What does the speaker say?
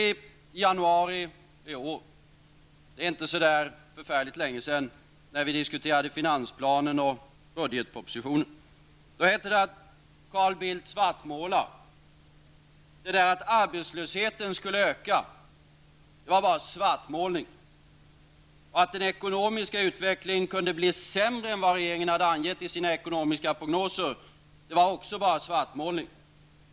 I januari i år -- för inte så länge sedan -- när vi diskuterade finansplanen och budgetpropositionen, hette det att Carl Bildt svartmålar. Att säga att arbetslösheten skulle öka var bara svartmålning. Att säga att den ekonomiska utvecklingen kunde bli sämre än vad regeringen angivit i sina ekonomiska prognoser var också bara svartmålning.